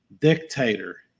dictator